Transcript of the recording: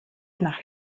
nach